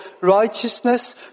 righteousness